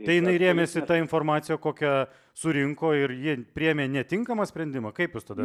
tai jinai rėmėsi ta informacija kokią surinko ir ji priėmė netinkamą sprendimą kaip jūs tada